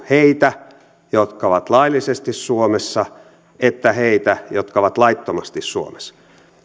heitä jotka ovat laillisesti suomessa että heitä jotka ovat laittomasti suomessa